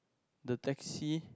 the taxi